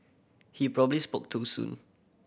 he probably spoke too soon